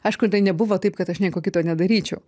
aišku tai nebuvo taip kad aš nieko kito nedaryčiau